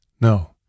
No